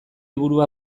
burua